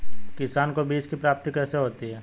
किसानों को बीज की प्राप्ति कैसे होती है?